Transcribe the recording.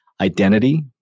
identity